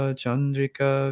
Chandrika